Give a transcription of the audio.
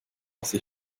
lasse